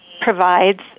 provides